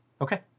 Okay